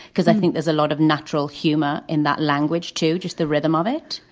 because i think there's a lot of natural humor in that language, too. just the rhythm of it.